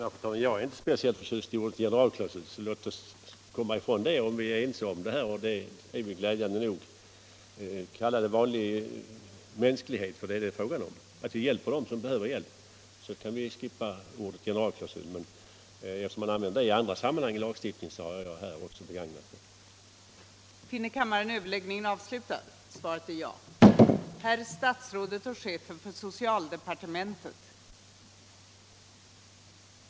Fru talman! Jag är inte speciellt förtjust i ordet ”generalklausul”. Då vi är ense i sakfrågan är det glädjande nog. Kalla det i stället vanlig mänsklighet för det är detta det är fråga om när vi hjälper dem som behöver hjälp. Då kan vi slippa ordet generalklausul. Men eftersom det används i andra sammanhang i lagstiftningen har jag begagnat det här.